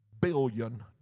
billion